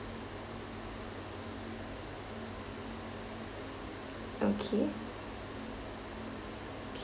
okay